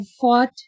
fought